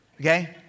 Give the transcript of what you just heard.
Okay